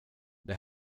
det